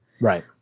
Right